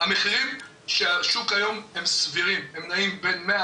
המחירים של השוק היום הם סבירים והם נעים בין 120